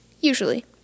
usually